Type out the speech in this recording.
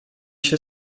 się